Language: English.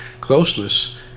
closeness